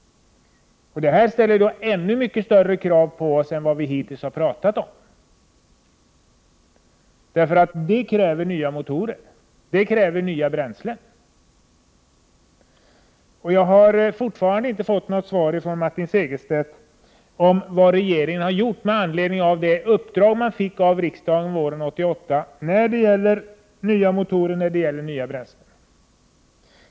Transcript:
Detta ställer ännu mycket större krav på oss än vad vi hittills har talat om. Det kommer att krävas nya motorer och nya bränslen. Jag har fortfarande inte fått något svar från Martin Segerstedt om vad regeringen har gjort med anledning av det uppdrag som regeringen fick av riksdagen våren 1988 när det gäller nya motorer och nya bränslen.